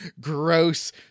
gross